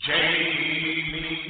Jamie